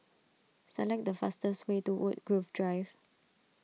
select the fastest way to Woodgrove Drive